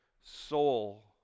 soul